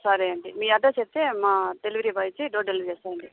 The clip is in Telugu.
సరే అండి మీ అడ్రస్ చెప్తే మా డెలివరీ బాయ్ వచ్చి డోర్ డెలివరీ చేస్తాడండి